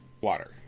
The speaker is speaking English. water